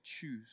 choose